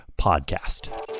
podcast